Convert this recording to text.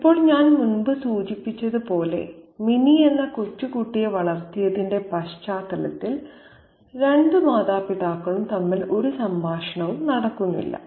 ഇപ്പോൾ ഞാൻ മുമ്പ് സൂചിപ്പിച്ചതുപോലെ മിനി എന്ന കൊച്ചുകുട്ടിയെ വളർത്തിയതിന്റെ പശ്ചാത്തലത്തിൽ രണ്ട് മാതാപിതാക്കളും തമ്മിൽ ഒരു സംഭാഷണവും നടക്കുന്നില്ല